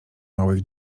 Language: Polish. małych